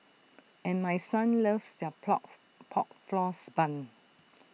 and my son loves their Pork Floss Bun